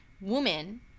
woman